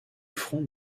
front